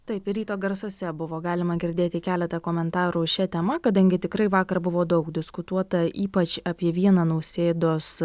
taip ryto garsuose buvo galima girdėti keletą komentarų šia tema kadangi tikrai vakar buvo daug diskutuota ypač apie vieną nausėdos